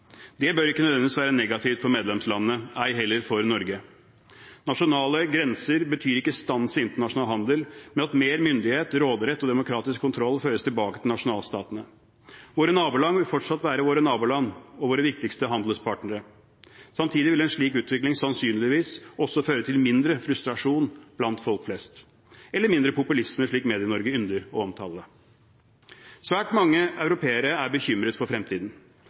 Det bør ikke nødvendigvis være negativt for medlemslandene, ei heller for Norge. Nasjonale grenser betyr ikke stans i internasjonal handel, men at mer myndighet, råderett og demokratisk kontroll føres tilbake til nasjonalstatene. Våre naboland vil fortsatt være våre naboland og våre viktigste handelspartnere. Samtidig vil en slik utvikling sannsynligvis også føre til mindre frustrasjon blant folk flest – eller mindre populisme, slik Medie-Norge ynder å omtale det. Svært mange europeere er bekymret for fremtiden.